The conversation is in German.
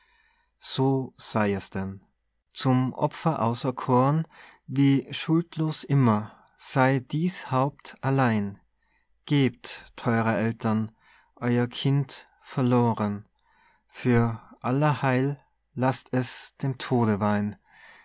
so sei es denn zum opfer auserkoren wie schuldlos immer sei dies haupt allein gebt theure eltern euer kind verloren für aller heil laßt es dem tode weih'n